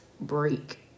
break